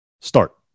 Start